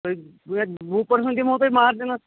تۅہہِ ییٚمہِ لٹہِ وُہ پٔرسَنٹ دِمو تۅہہِ مارجَنَس